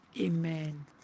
Amen